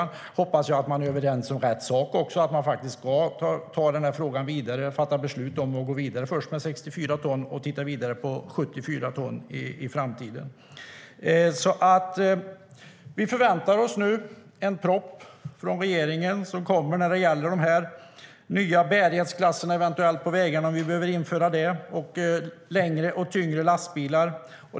Jag hoppas att man är överens om rätt sak också och att man faktiskt ska ta denna fråga vidare och fatta beslut om att gå vidare med först 64 ton och titta vidare på 74 ton i framtiden. Vi förväntar oss nu en proposition från regeringen när det gäller eventuellt nya bärighetsklasser, om vi behöver införa det, och längre och tyngre lastbilar.